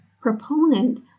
proponent